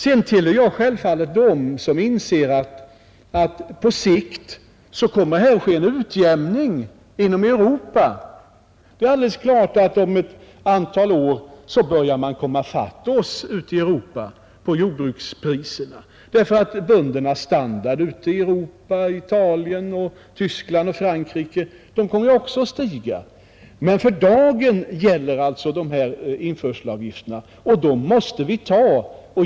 Sedan tillhör jag självfallet dem som inser att på sikt kommer här att ske en utjämning inom Europa. Det är alldeles klart att om ett antal år börjar man komma i fatt oss ute i Europa med jordbrukspriserna, därför att böndernas standard ute i Europa — Italien, Tyskland och Frankrike — kommer att stiga. Men för dagen gäller alltså de här införselavgifterna. Dem måste vi ta.